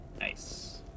Nice